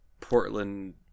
Portland